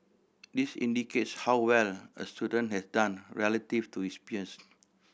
this indicates how well a student has done relative to his peers